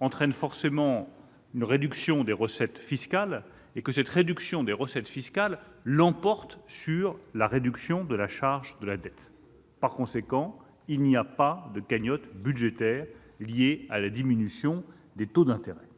entraîne forcément une réduction des recettes fiscales, laquelle l'emporte sur la réduction de la charge de la dette. Par conséquent, il n'y a pas de cagnotte budgétaire liée à la diminution des taux d'intérêt.